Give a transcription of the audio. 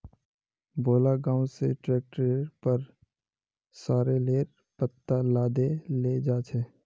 भोला गांव स ट्रैक्टरेर पर सॉरेलेर पत्ता लादे लेजा छ